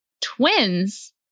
twins